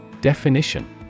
Definition